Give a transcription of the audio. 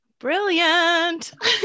brilliant